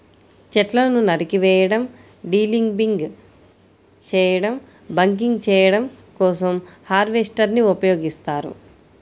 చెట్లను నరికివేయడం, డీలింబింగ్ చేయడం, బకింగ్ చేయడం కోసం హార్వెస్టర్ ని ఉపయోగిస్తారు